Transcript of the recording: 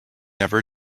never